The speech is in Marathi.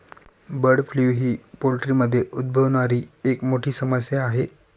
बर्ड फ्लू ही पोल्ट्रीमध्ये उद्भवणारी एक मोठी समस्या आहे